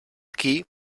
aquí